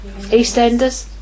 EastEnders